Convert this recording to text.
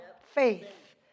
faith